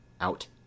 out